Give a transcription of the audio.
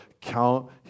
count